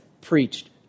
preached